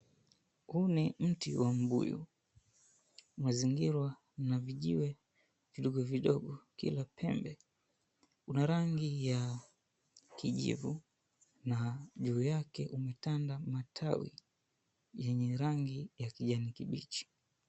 Huu ni mti wa mbuyu. Umezingirwa na vijiwe vidogo vidogo kila pembe, una rangi ya kijivu na juu yake umetanda matawi yenye rangi ya kijani kibichi.